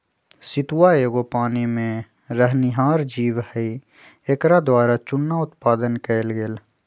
सितुआ एगो पानी में रहनिहार जीव हइ एकरा द्वारा चुन्ना उत्पादन कएल गेल